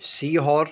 Sehore